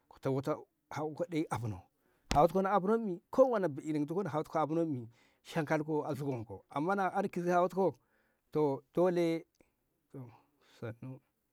kute wo'oto hawot ko ɗoi afno hawot ko na afnonmi ko wana ba'i ni nduko na hawot ko afnon mi hankaliko a zugonko amma na an kizi hawot ko to dole.